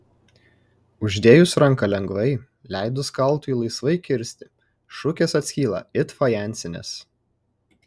uždėjus ranką lengvai leidus kaltui laisvai kirsti šukės atskyla it fajansinės